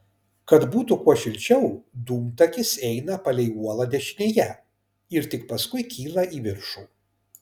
kad būtų kuo šilčiau dūmtakis eina palei uolą dešinėje ir tik paskui kyla į viršų